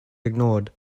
ignored